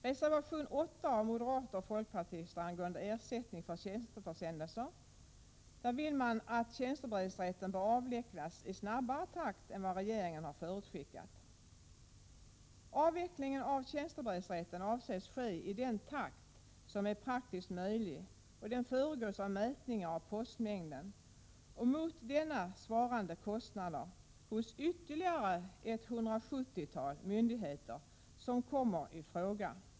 Reservation 8 av moderater och folkpartister gäller ersättning för tjänsteförsändelser. Man vill att tjänstebrevsrätten skall avvecklas i snabbare takt än vad regeringen har förutskickat. Avvecklingen av tjänstebrevsrätten avses ske i den takt som är praktiskt möjlig och föregås av mätningar av postmängden och mot denna svarande kostnader hos ytterligare ca 170 myndigheter som kommer i fråga.